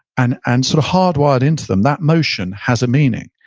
and and sort of hardwired into them that motion has a meaning.